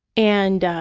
and